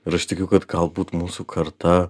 ir aš tikiu kad galbūt mūsų karta